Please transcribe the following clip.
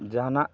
ᱡᱟᱦᱟᱱᱟᱜ